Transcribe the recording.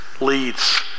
leads